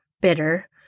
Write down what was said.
bitter